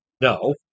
No